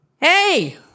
Hey